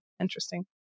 interesting